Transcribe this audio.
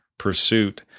pursuit